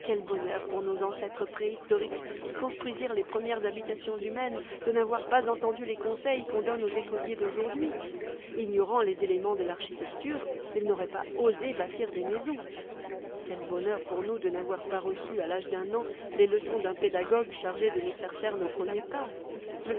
bonheur pour nos ancêtres préhistoriques qui construisirent les premières habitations humaines de n'avoir pas entendu les conseils qu'on donne aux écoliers d'aujourd'hui ignorant les éléments de l'architecture ils n'auraient pas osé bâtir des maisons quel bonheur pour nous de n'avoir pas reçu à l'âge d'un an les leçons d'un pédagogue chargé de nous faire faire nos premiers pas